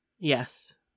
Yes